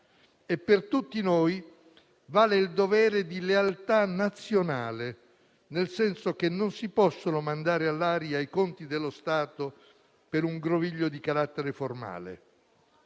e per tutti noi vale il dovere di lealtà nazionale, nel senso che non si possono mandare all'aria i conti dello Stato per un groviglio di carattere formale.